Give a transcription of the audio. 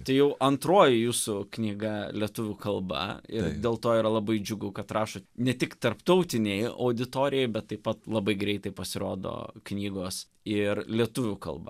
tai jau antroji jūsų knyga lietuvių kalba ir dėl to yra labai džiugu kad rašot ne tik tarptautinei auditorijai bet taip pat labai greitai pasirodo knygos ir lietuvių kalba